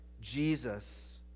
Jesus